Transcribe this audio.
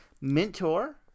mentor